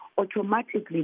automatically